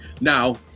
Now